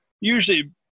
usually